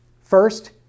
First